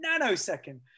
nanosecond